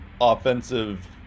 offensive